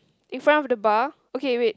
in front of the bar okay wait